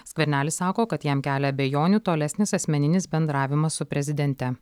skvernelis sako kad jam kelia abejonių tolesnis asmeninis bendravimas su prezidente